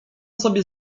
sobie